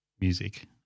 music